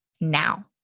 now